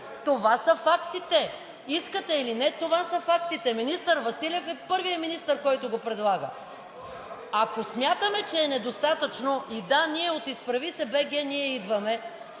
Това са фактите. Искате или не, това са фактите. Министър Василев е първият министър, който го предлага. Ако смятаме, че е недостатъчно и, да, ние, от „Изправи се БГ! Ние идваме!“